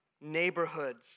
neighborhoods